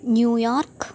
New York